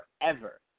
forever